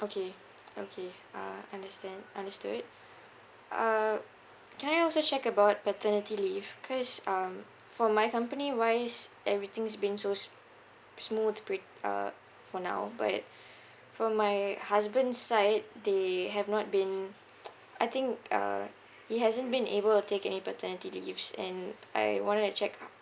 okay okay uh understand understood uh can I also check about paternity leave cause um for my company wise everything's been so s~ smooth pret~ uh for now but for my husband side they have not been I think uh he hasn't been able to take any paternity leaves and I wanted to check